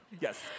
Yes